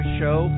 show